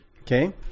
okay